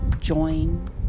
join